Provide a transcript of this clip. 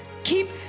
keep